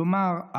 כלומר,